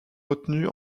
retenus